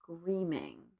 screaming